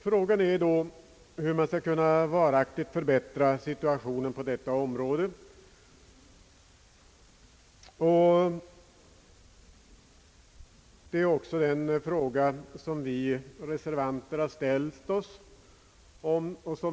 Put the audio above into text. Problemet är hur man skall kunna varaktigt förbättra situationen på detta område. Detta har också vi reservanter frågat oss.